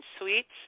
Suites